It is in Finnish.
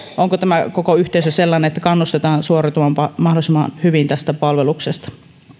onko tämä koko yhteisö sellainen että kannustetaan suoriutumaan mahdollisimman hyvin tästä palveluksesta